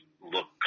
look